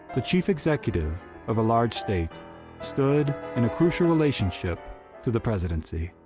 the chief executive of a large state stood in a crucial relationship to the presidency.